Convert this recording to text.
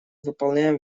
выполняем